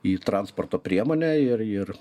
į transporto priemonę ir ir